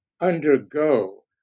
undergo